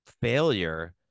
failure